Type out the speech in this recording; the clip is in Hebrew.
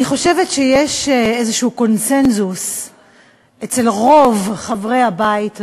אני חושבת שיש איזשהו קונסנזוס אצל רוב חברי הבית הזה,